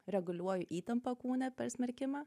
reguliuoju įtampą kūne per smerkimą